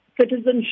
citizenship